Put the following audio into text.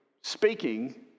speaking